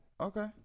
Okay